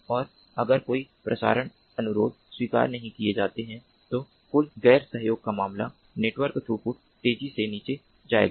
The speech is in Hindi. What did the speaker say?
और अगर कोई प्रसारण अनुरोध स्वीकार नहीं किए जाते हैं तो कुल गैर सहयोग का मामला नेटवर्क थ्रूपुट तेजी से नीचे जाएगा